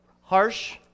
harsh